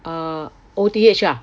err O_T_H ah